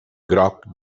groc